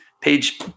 page